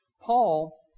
Paul